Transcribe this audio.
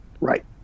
right